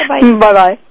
Bye-bye